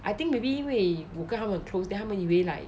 I think maybe 我跟他们 close then 他们以为 like